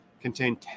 contain